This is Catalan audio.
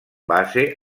base